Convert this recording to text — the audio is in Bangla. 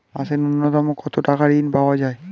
মাসে নূন্যতম কত টাকা ঋণ পাওয়া য়ায়?